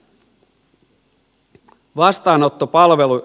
täällä sanotaan näin